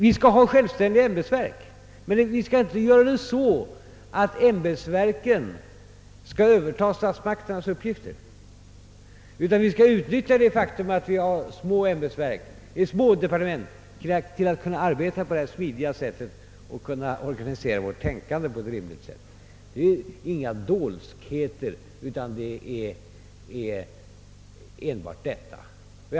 Vi skall ha självständiga ämbetsverk, men vi skall inte låta ämbetsverken överta statsmakternas uppgifter, utan vi skall utnyttja det faktum att de är små till att arbeta på detta smidiga sätt och till att organisera vårt tänkande på ett rimligt sätt. Det är inte frågan om några dolskheter.